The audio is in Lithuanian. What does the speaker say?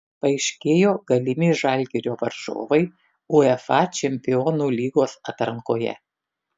paaiškėjo galimi žalgirio varžovai uefa čempionų lygos atrankoje